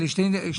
אלה שני דברים.